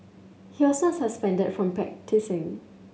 he was not suspended from practising